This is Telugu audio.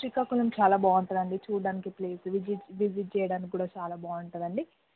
శ్రీకాకుళం చాలా బాగుంటుంది అండి చూడటానికి ప్లేస్ విజీట్ విజిట్ చేయడానికి కూడా చాలా బాగుంటుంది అండి